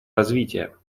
развития